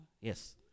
yes